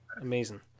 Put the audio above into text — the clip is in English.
Amazing